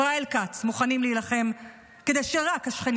ישראל כץ מוכנים להילחם כדי שרק השכנים